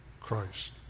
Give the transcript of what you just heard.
Christ